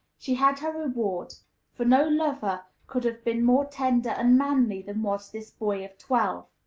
she had her reward for no lover could have been more tender and manly than was this boy of twelve.